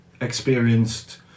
experienced